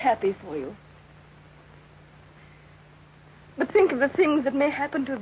happy for you but think of the things that may happen to